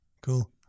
cool